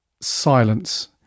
silence